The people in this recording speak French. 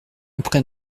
après